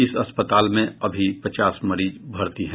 इस अस्पताल में अभी पचास मरीज भर्ती हैं